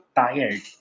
tired